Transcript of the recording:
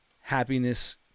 happiness